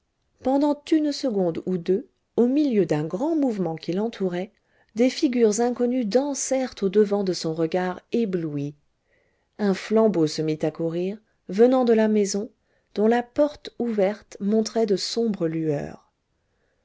pendant une seconde ou deux au milieu d'un grand mouvement qui l'entourait des figures inconnues dansèrent au-devant de son regard ébloui un flambeau se mit à courir venant de la maison dont la porte ouverte montrait de sombres lueurs